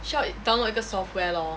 需要 download 一个 software lor